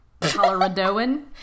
Coloradoan